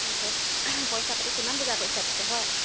তাকে পইচা পাতি কিমান টকা কৰিছা পিছে হয়